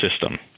system